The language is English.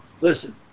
Listen